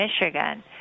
Michigan